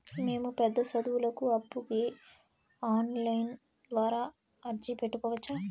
మేము పెద్ద సదువులకు అప్పుకి ఆన్లైన్ ద్వారా అర్జీ పెట్టుకోవచ్చా?